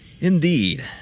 Indeed